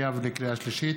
לקריאה שנייה ולקריאה שלישית,